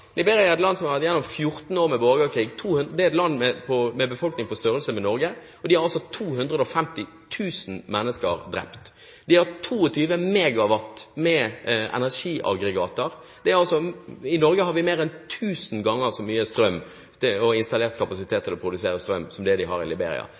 som har vært igjennom 14 år med borgerkrig. Landet har en befolkning på størrelse med befolkningen i Norge, og de har altså 250 000 mennesker drept. De har 22 MW med strømaggregater. I Norge har vi mer enn tusen ganger så mye strøm – og installert kapasitet